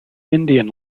indian